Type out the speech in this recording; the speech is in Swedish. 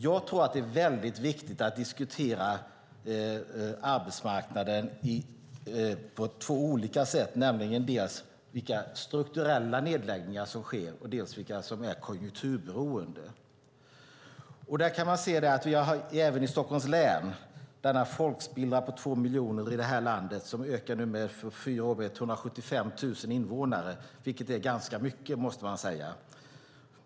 Jag tror att det är mycket viktigt att diskutera arbetsmarknaden på två olika sätt, nämligen dels vilka strukturella nedläggningar som sker, dels vilka som är konjunkturberoende. I Stockholms län finns denna folkspillra på 2 miljoner som under fyra år har ökat med 175 000 invånare, vilket man måste säga är ganska mycket.